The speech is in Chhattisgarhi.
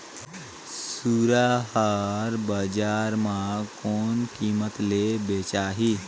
सुअर हर बजार मां कोन कीमत ले बेचाही?